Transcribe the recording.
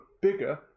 bigger